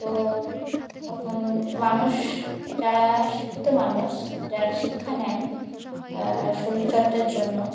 তো এখন মানুষ যারা শিক্ষিত মানুষ যারা শিক্ষা নেয় শরীরচর্চার জন্য